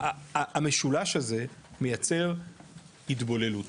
המשולש הזה מייצר התבוללות